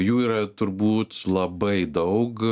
jų yra turbūt labai daug